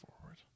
forward